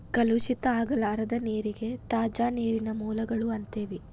ಕಲುಷಿತ ಆಗಲಾರದ ನೇರಿಗೆ ತಾಜಾ ನೇರಿನ ಮೂಲಗಳು ಅಂತೆವಿ